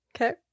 Okay